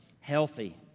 healthy